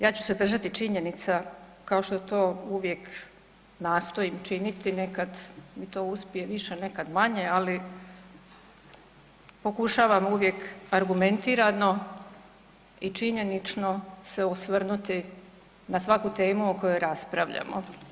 Ja ću se držati činjenica kao što to uvijek nastojim činiti, nekad mi to uspije više nekad manje, ali pokušavam uvijek argumentirano i činjenično se osvrnuti na svaku temu o kojoj raspravljamo.